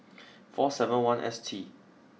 four seven one S T